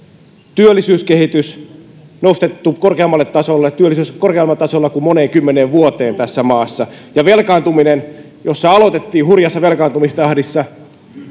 työllisyyskehitys nostettu korkeammalle tasolle työllisyys on korkeammalla tasolla kuin moneen kymmeneen vuoteen tässä maassa ja velkaantuminen jossa aloitettiin hurjassa velkaantumistahdissa